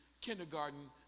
kindergarten